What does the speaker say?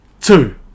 two